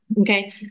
okay